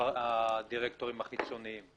הדירקטורים החיצוניים?